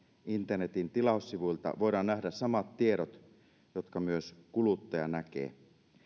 internetin tilaussivuilta voidaan nähdä samat tiedot jotka myös kuluttaja näkee